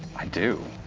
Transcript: i do.